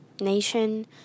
nation